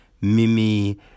Mimi